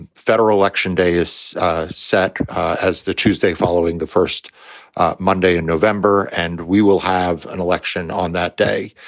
and federal election day is set as the tuesday following the first monday in november. and we will have an election on that day.